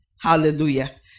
Hallelujah